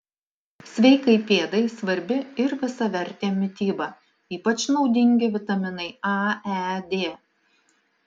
sveikai pėdai svarbi ir visavertė mityba ypač naudingi vitaminai a e d